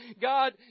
God